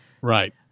right